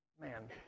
man